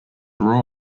raw